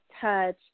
touch